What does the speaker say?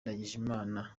ndagijimana